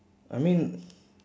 I mean